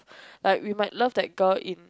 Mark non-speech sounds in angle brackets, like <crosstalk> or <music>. <breath> like we might love that girl in